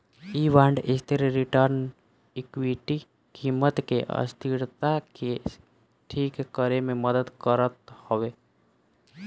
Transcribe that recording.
इ बांड स्थिर return equity कीमत के अस्थिरता के ठीक करे में मदद करत हवे